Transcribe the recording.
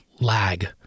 lag